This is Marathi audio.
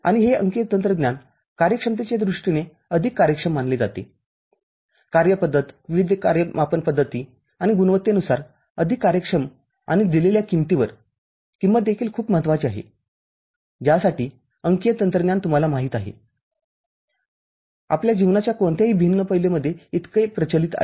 आणि हे अंकीय तंत्रज्ञान कार्यक्षमतेच्या दृष्टीने अधिक कार्यक्षम मानले जाते कार्य पद्धत विविध कार्य मापन पद्धती आणि गुणवत्तेनुसार अधिक कार्यक्षम आणि दिलेल्या किंमतीवर किंमत देखील खूप महत्वाची आहे ज्यासाठी अंकीय तंत्रज्ञान तुम्हाला माहीत आहे किआपल्या जीवनाच्या कोणत्याही भिन्न पैलूमध्ये इतके प्रचलित आहे